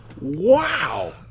Wow